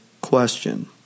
question